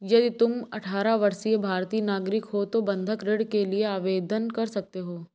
यदि तुम अठारह वर्षीय भारतीय नागरिक हो तो बंधक ऋण के लिए आवेदन कर सकते हो